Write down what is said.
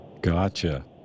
gotcha